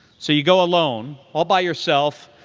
so you go alone, all by yourself.